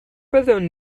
byddwn